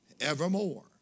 evermore